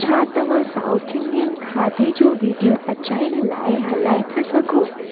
छा तव्हां south Indian खाधे जो वीडियो पचाइण लाइ हलाए था सघो